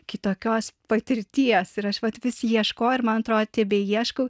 kitokios patirties ir aš vat vis ieškojau ir man atrodo tebeieškau